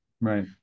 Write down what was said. Right